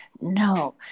no